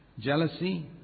Jealousy